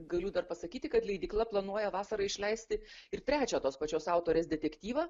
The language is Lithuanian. galiu dar pasakyti kad leidykla planuoja vasarą išleisti ir trečią tos pačios autorės detektyvą